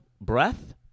breath